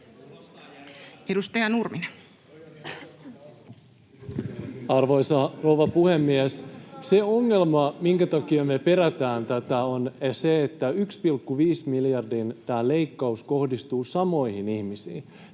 16:25 Content: Arvoisa rouva puhemies! Se ongelma, minkä takia me perätään tätä, on se, että tämä 1,5 miljardin leikkaus kohdistuu samoihin ihmisiin.